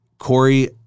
Corey